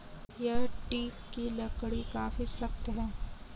यह टीक की लकड़ी काफी सख्त है